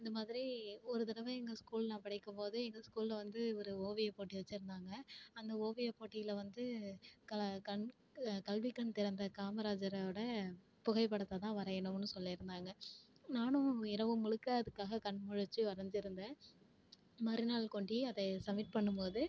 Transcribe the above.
இந்த மாதிரி ஒரு தடவை எங்கள் ஸ்கூலில் நான் படிக்கும் போது எங்கள் ஸ்கூலில் வந்து ஒரு ஓவியப் போட்டி வெச்சுருந்தாங்க அந்த ஓவியப் போட்டியில் வந்து க கண் கல்விக் கண் திறந்த காமராஜரோடய புகைப்படத்தை தான் வரையணும்னு சொல்லியிருந்தாங்க நானும் இரவு முழுக்க அதுக்காக கண் முழிச்சு வரைஞ்சிருந்தேன் மறுநாள் கொண்டி அதையை சப்மிட் பண்ணும் போது